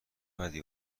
بدی